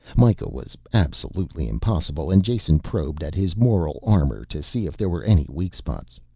mikah was absolutely impossible, and jason probed at his moral armor to see if there were any weak spots.